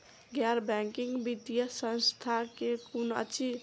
गैर बैंकिंग वित्तीय संस्था केँ कुन अछि?